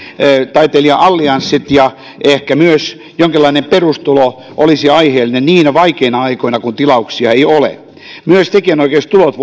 taitelija allianssit ja ehkä myös jonkinlainen perustulo olisivat aiheellisia niinä vaikeina aikoina kun tilauksia ei ole myös tekijänoikeustulot